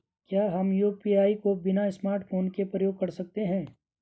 क्या हम यु.पी.आई को बिना स्मार्टफ़ोन के प्रयोग कर सकते हैं?